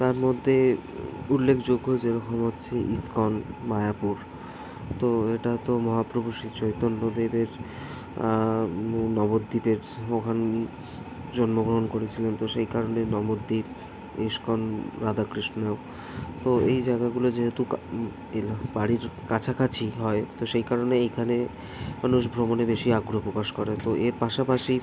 তার মধ্যে উল্লেখযোগ্য যেরকম হচ্ছে ইস্কন মায়াপুর তো এটা তো মহাপ্রভু শ্রী চৈতন্যদেবের নবদ্বীপের ওখানে জন্মগ্রহণ করেছিলেন তো সেই কারণে নবদ্বীপ ইস্কন রাধাকৃষ্ণ তো এই জায়গাগুলো যেহেতু কা এরকম বাড়ির কাছাকাছি হয় তো সেই কারণে এইখানে মানুষ ভ্রমণে বেশি আগ্রহ প্রকাশ করে তো এর পাশপাশি